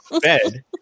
bed